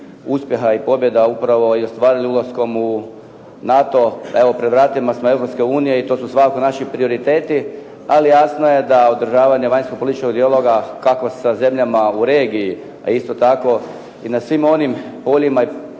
uspjeha i pobjeda upravo i ostvarili ulaskom u NATO, a evo pred vratima smo Europske unije i to su stvarno naši prioriteti. Ali jasno je da održavanje vanjsko-političkog dijaloga kako sa zemljama u regiji a isto tako i na svim onim poljima i